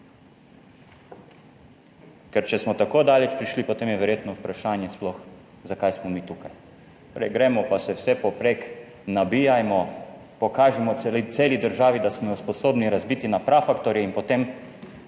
Ker če smo tako daleč prišli, potem je verjetno vprašanje sploh zakaj smo mi tukaj. Gremo pa se vse povprek, nabijajmo, pokažimo celi državi, da smo jo sposobni razbiti na prafaktorje in potem,